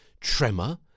tremor